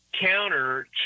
counter